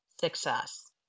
success